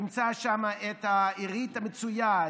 ימצא שם את העירית המצויה,